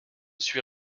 suis